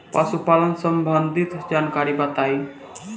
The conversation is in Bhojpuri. पशुपालन सबंधी जानकारी बताई?